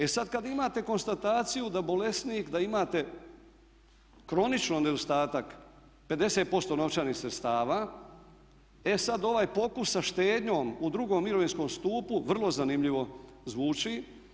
E sad kad imate konstataciju da bolesnik, da imate kronični nedostatak 50% novčanih sredstava, e sad ovaj pokus sa štednjom u drugom mirovinskom stupu vrlo zanimljivo zvuči.